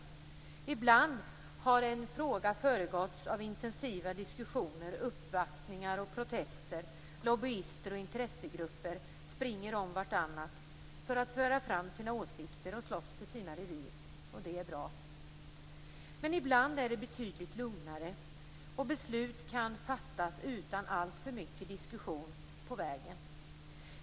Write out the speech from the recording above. Ibland har en fråga föregåtts av intensiva diskussioner, uppvaktningar och protester. Lobbyister och intressegrupper springer om varandra för att föra fram sina åsikter och slåss för sina revir, och det är bra. Ibland är det betydligt lugnare, och beslut kan fattas utan alltför mycket diskussion på vägen.